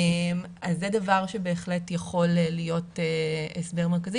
זה דבר שבהחלט יכול להיות הסבר מרכזי